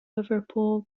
liverpool